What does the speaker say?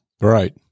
Right